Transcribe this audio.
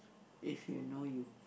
if you know you